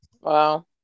wow